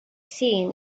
seen